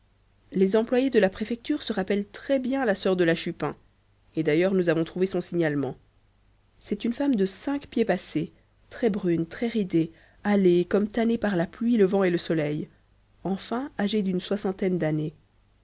les employés de la préfecture se rappellent très-bien la sœur de la chupin et d'ailleurs nous avons trouvé son signalement c'est une femme de cinq pieds passés très brune très ridée hâlée et comme tannée par la pluie le vent et le soleil enfin âgée d'une soixantaine d'années